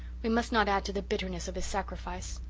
we must not add to the bitterness of his sacrifice.